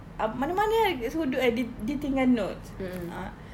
ah mana-mana lah dia suruh do eh dia tinggal notes ah